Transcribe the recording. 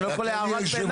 אני לא יכול הערת ביניים?